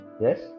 Yes